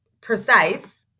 precise